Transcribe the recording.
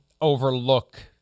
overlook